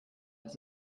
das